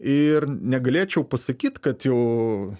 ir negalėčiau pasakyt kad jau